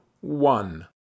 one